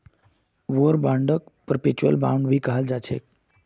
war बांडक perpetual bond भी कहाल जाछे